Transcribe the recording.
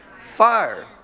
fire